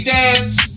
dance